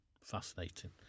fascinating